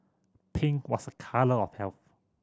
pink was a colour of health